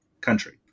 country